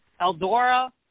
Eldora